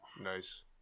Nice